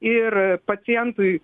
ir pacientui